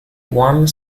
one